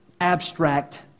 abstract